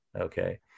Okay